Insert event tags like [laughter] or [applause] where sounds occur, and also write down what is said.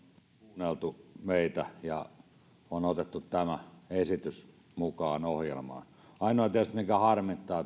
kuunneltu meitä ja on otettu tämä esitys mukaan ohjelmaan ainoa tietysti mikä harmittaa [unintelligible]